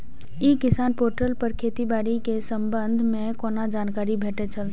ई किसान पोर्टल पर खेती बाड़ी के संबंध में कोना जानकारी भेटय छल?